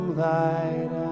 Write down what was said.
light